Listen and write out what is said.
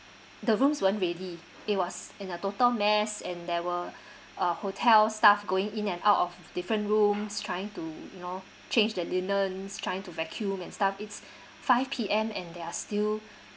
the rooms weren't ready it was in a total mess and there were uh hotel staff going in and out of different rooms trying to you know change the linens trying to vacuum and stuff it's five P_M and they're still